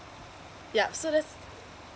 yup so there's